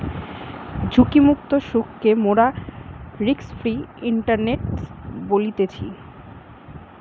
ঝুঁকিমুক্ত সুদকে মোরা রিস্ক ফ্রি ইন্টারেস্ট বলতেছি